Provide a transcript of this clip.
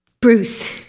Bruce